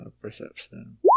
perception